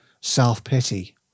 self-pity